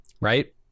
right